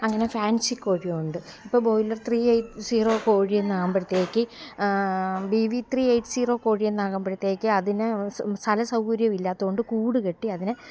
അങ്ങനെ ഫാന്സി കോഴിയുണ്ട് ഇപ്പോൾ ബ്രോയിലര് ത്രീ എയ്റ്റ് സീറോ കോഴിയൊന്നാകുമ്പോഴത്തേക്ക് B V three eight zero കോഴിയൊന്നാകുമ്പോഴത്തേക്ക് അതിനെ സ് സ് സ്ഥലസൗകര്യം ഇല്ലാത്തതു കൊണ്ട് കൂടു കെട്ടി അതിനെ